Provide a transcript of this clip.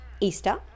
Easter